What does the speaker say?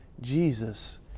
Jesus